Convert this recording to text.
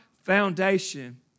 foundation